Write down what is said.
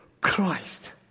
Christ